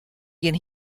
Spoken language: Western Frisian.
gjin